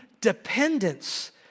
dependence